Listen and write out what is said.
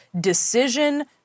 decision